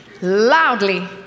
loudly